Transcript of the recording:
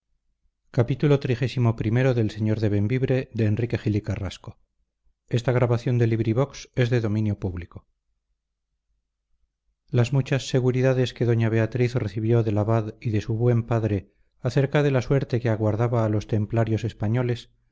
concilio provincial las muchas seguridades que doña beatriz recibió del abad y de su buen padre acerca de la suerte que aguardaba a los templarios españoles